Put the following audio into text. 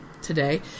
today